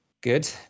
Good